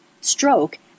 stroke